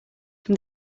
from